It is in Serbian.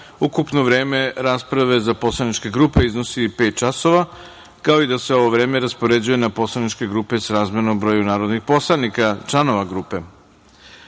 ukupno vreme rasprave za poslaničke grupe iznosi pet časova, kao i da se ovo vreme raspoređuje na poslaničke grupe srazmerno broju narodnih poslanika članova grupe. Molim